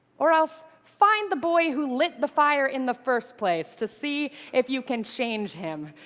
or else find the boy who lit the fire in the first place, to see if you can change him.